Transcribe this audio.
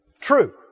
true